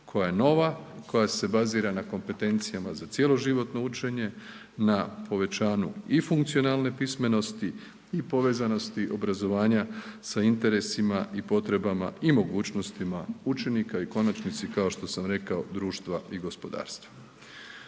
koja je nova, koja se bazira na kompentencijama za cjeloživotno učenje, na povećanju i funkcionalne pismenosti i povezanosti obrazovanja sa interesima i potrebama i mogućnostima učenika i u konačnici, kao što sam rekao, društva i gospodarstva.